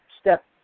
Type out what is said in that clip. Step